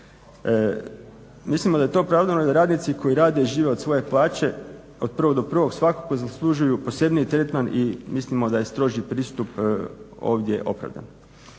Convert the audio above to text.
Mislimo da je to opravdano da radnici koji rade, žive od svoje plaće od prvog do prvog svakako zaslužuju posebniji tretman i mislimo da je stroži pristup ovdje opravdan.